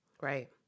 Right